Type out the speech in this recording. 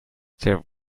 there